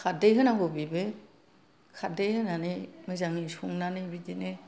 खारदै होनांगौ बेबो खारदै होनानै मोजाङै संनानै बिदिनो